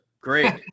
great